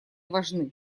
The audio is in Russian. важны